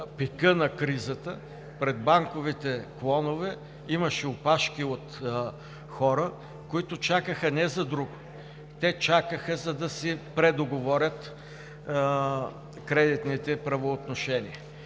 пика на кризата пред банковите клонове имаше опашки от хора, които чакаха не за друго – те чакаха, за да си предоговорят кредитните правоотношения,